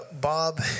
Bob